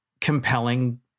compelling